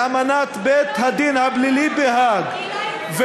לאמנת בית-הדין הפלילי בהאג,